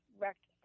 wrecked